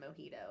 mojito